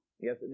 Yes